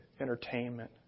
entertainment